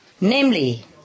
namely